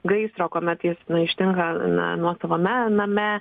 gaisro kuomet jis na ištinka na nuosavame name